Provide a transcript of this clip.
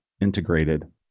integrated